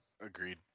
Agreed